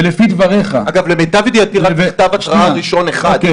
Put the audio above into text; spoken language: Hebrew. ולפי דבריך --- למיטב ידיעתי רק מכתב התרעה ראשון אחד.